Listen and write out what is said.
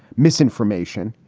misinformation.